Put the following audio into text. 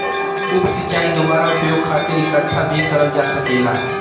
उप सिंचाई दुबारा उपयोग खातिर इकठ्ठा भी करल जा सकेला